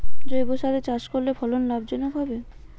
জৈবসারে চাষ করলে ফলন লাভজনক হবে?